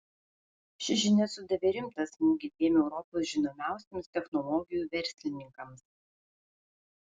ši žinia sudavė rimtą smūgį dviem europos žinomiausiems technologijų verslininkams